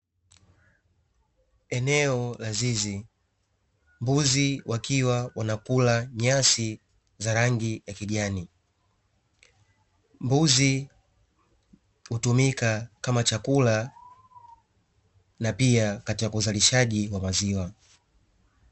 Eneo la zizi mbuzi wakiwa wanakula nyasi za rangi ya kijani, mbuzi hutumika kama chakula na pia katika uzalishaji wa maziwa.